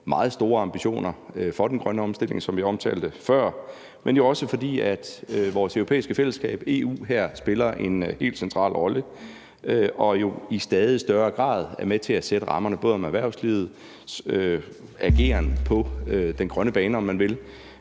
meget store ambitioner for den grønne omstilling, som jeg omtalte før, men jo også, fordi vores europæiske fællesskab EU her spiller en helt central rolle og jo i stadig større grad er med til både at sætte rammerne om erhvervslivets ageren på den grønne bane, om man vil,